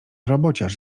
robociarz